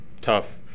tough